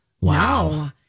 Wow